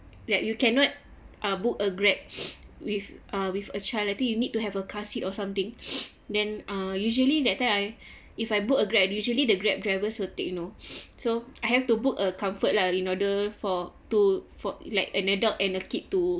like you cannot uh book a grab with uh with a child I think you need to have a car seat or something then uh usually that time I if I book a grab usually the grab drivers will take you know so I have to book a comfort lah in order for two for like an adult and a kid to